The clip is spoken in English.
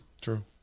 True